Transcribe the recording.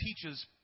teaches